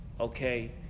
Okay